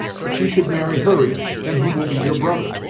if she should marry hurry, then he will be your brother.